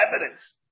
evidence